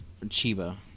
Chiba